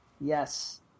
Yes